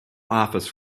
office